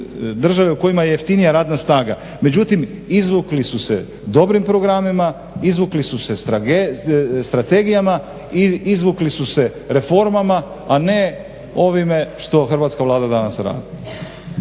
države u kojima je jeftinija radna snaga. Međutim, izvukli su se dobrim programima, izvukli su se strategijama i izvukli su se reformama, a ne ovime što Hrvatska vlada danas radi.